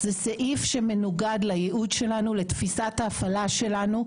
זה סעיף שמנוגד לייעוד שלנו, לתפיסת ההפעלה שלנו,